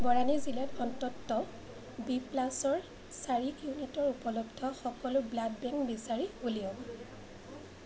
বৰানি জিলাত অন্ততঃ বি প্লাছৰ চাৰি ইউনিটৰ উপলব্ধ সকলো ব্লাড বেংক বিচাৰি উলিয়াওক